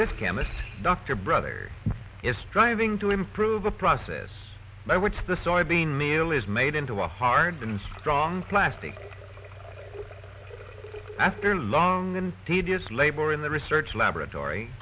this chemist dr brothers is striving to improve the process by which the soybean meal is made into a hardened strong plastic after long and tedious labor in the research laboratory